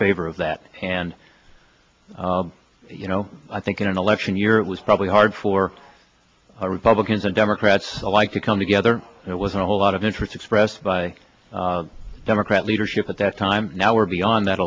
favor of that and you know i think in an election year it was probably hard for republicans and democrats alike to come together it was a whole lot of interest expressed by democrat leadership at that time now we're beyond that